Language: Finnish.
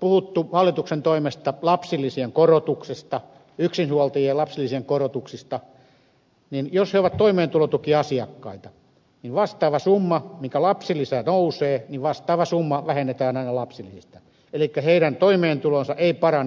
puhuttu hallituksen toimesta lapsilisien korotuksesta yksinhuoltajien lapsilisien korotuksista niin jos he ovat toimeentulotukiasiakkaita niin vastaava summa minkä lapsilisä nousee vähennetään aina toimeentulotuesta elikkä heidän toimeentulonsa ei parane sentilläkään